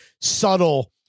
subtle